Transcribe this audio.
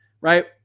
right